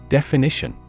Definition